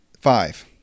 Five